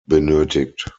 benötigt